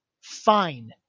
fine